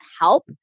help